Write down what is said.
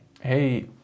hey